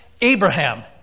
Abraham